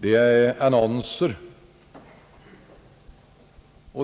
och annonser.